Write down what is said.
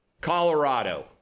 Colorado